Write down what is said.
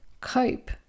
cope